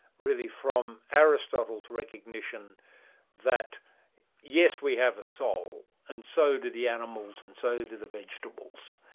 really from aristotle's recognition that yes, we have a soul, and so do the animals and so do the vegetables.